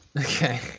Okay